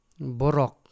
Borok